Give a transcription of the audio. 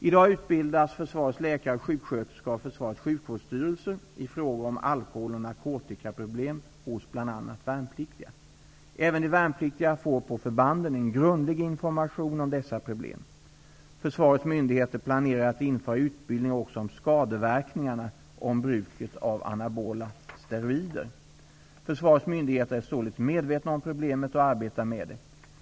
I dag utbildas försvarets läkare och sjuksköterskor av Försvarets sjukvårdsstyrelse i frågor om alkoholoch narkotikaproblem hos bl.a. värnpliktiga. Även de värnpliktiga får på förbanden en grundlig information om dessa problem. Försvarets myndigheter planerar att införa utbildning också om skadeverkningarna av bruket av anabola steroider. Försvarets myndigheter är således medvetna om problemet och arbetar med det.